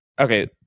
Okay